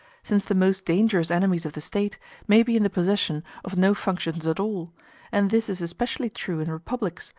since the most dangerous enemies of the state may be in the possession of no functions at all and this is especially true in republics,